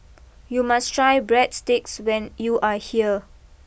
you must try Breadsticks when you are here